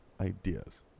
ideas